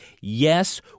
Yes